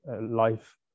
life